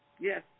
Yes